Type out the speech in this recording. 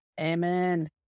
Amen